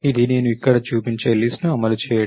ఇది నేను ఇక్కడ చూపించే లిస్ట్ ను అమలు చేయడం